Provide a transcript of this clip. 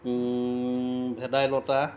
ভেদাইলতা